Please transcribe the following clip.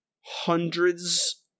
hundreds